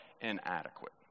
inadequate